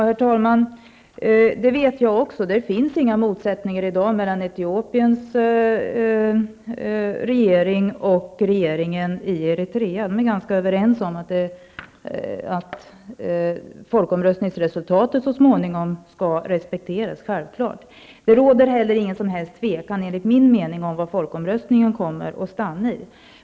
Herr talman! Jag vet också att det i dag inte finns några motsättningar mellan Etiopiens regering och regeringen i Eritrea. De är ganska överens om att folkomröstningsresultatet så småningom skall respekteras. Det råder inte heller, enligt min mening, något som helst tvivel om vad folkomröstningen kommer att stanna vid.